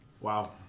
Wow